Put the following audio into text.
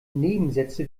nebensätze